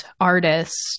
artist